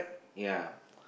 ya